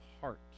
heart